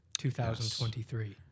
2023